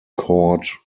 court